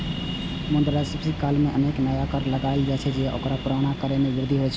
मुद्रास्फीति काल मे अनेक नया कर लगाएल जाइ छै आ पुरना कर मे वृद्धि होइ छै